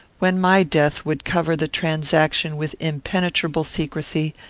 when my death would cover the transaction with impenetrable secrecy,